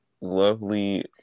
lovely